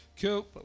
Cool